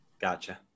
Gotcha